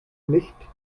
nicht